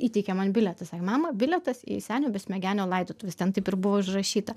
įteikė man bilietą sakė mama bilietas į senio besmegenio laidotuves ten taip ir buvo užrašyta